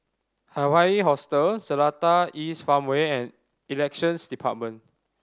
Hawaii Hostel Seletar East Farmway and Elections Department